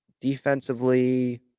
Defensively